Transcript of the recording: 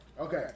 okay